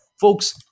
Folks